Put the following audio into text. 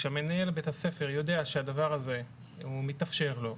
כשמנהל בית הספר יודע שהדבר הזה מתאפשר לו,